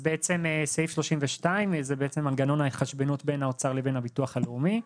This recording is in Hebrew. סעיף 32 זה בעצם מנגנון ההתחשבנות בין האוצר לבין הביטוח הלאומי.